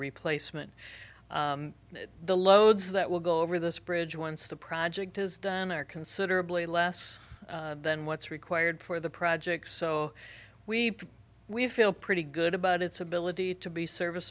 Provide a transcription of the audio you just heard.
replacement and the loads that will go over this bridge once the project is done are considerably less than what's required for the projects so we we feel pretty good about its ability to be service